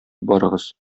барыгыз